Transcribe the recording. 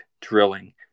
drilling